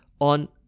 on